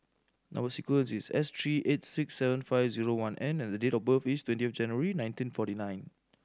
number sequence is S three eight six seven five zero one N and the date of birth is twentieth January nineteen forty nine